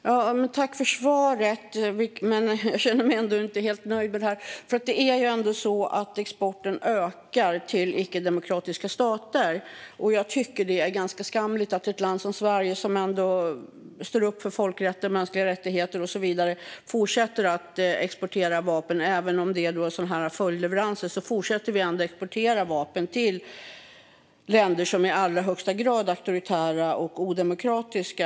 Herr talman! Jag tackar för svaret, men jag känner mig inte helt nöjd med detta. Det är nämligen så att exporten ökar till icke-demokratiska stater, och jag tycker att det är ganska skamligt att ett land som Sverige - som ändå står upp för folkrätt, mänskliga rättigheter och så vidare - fortsätter att exportera vapen. Även om det gäller följdleveranser fortsätter vi ändå att exportera vapen till länder som i allra högsta grad är auktoritära och odemokratiska.